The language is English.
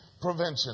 prevention